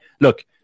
look